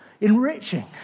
enriching